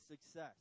success